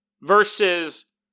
versus